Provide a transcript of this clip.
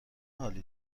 حالی